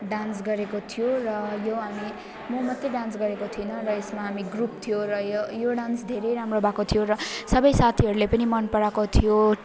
dance गरेको थियो र यो हामी म मात्र डान्स गरेको थिएन र यसमा हामी ग्रुप थियो र यो यो डान्स धेरै राम्रो भएको थियो र सबै साथीहरूले पनि मन पराएको थियो